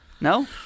No